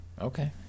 Okay